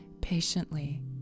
patiently